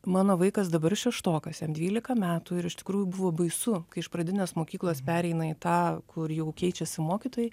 mano vaikas dabar šeštokas jam dvylika metų ir iš tikrųjų buvo baisu kai iš pradinės mokyklos pereina į tą kur jau keičiasi mokytojai